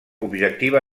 objectiva